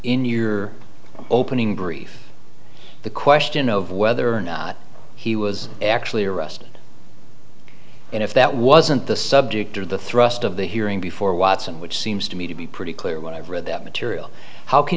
in your opening brief the question of whether or not he was actually arrested and if that wasn't the subject of the thrust of the hearing before watson which seems to me to be pretty clear what i've read that material how can